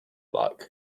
luck